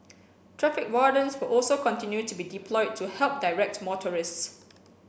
traffic wardens will also continue to be deployed to help direct motorists